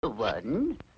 One